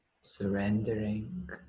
surrendering